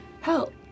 help